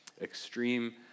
extreme